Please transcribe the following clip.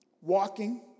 walking